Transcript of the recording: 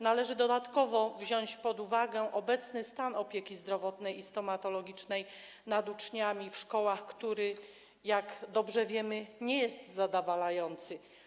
Należy dodatkowo wziąć pod uwagę obecny stan opieki zdrowotnej i stomatologicznej nad uczniami w szkołach, który, jak dobrze wiemy, nie jest zadowalający.